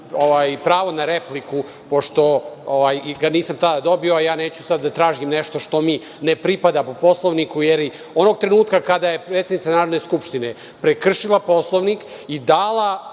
pravo na repliku. Pošto ga nisam tada dobio, sada neću da tražim nešto što mi ne pripada po Poslovniku, jer onog trenutka kada je predsednica Narodne skupštine prekršila Poslovnik i dala